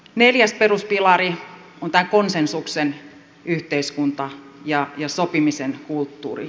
neljäs peruspilari on tämä konsensuksen yhteiskunta ja sopimisen kulttuuri